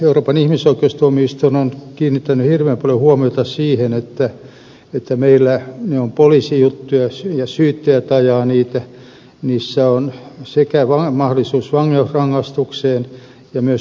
euroopan ihmisoikeustuomioistuin on kiinnittänyt hirveän paljon huomiota siihen että meillä ne ovat poliisijuttuja ja syyttäjät ajavat niitä niissä on mahdollisuus sekä vankeusrangaistukseen että myös suuriin korvauksiin